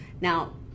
Now